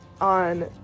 on